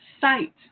sight